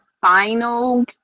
final